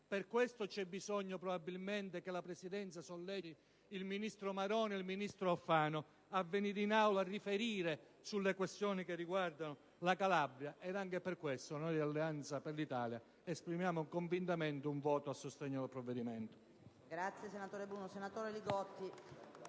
per questo c'è bisogno che la Presidenza solleciti i ministri Maroni e Alfano a venire in Aula a riferire sulle questioni che riguardano la Calabria. Per questo noi di Alleanza per l'Italia esprimiamo convintamente un voto a sostegno del provvedimento.